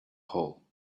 hole